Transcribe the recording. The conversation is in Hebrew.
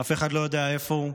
אף אחד לא יודע איפה הוא.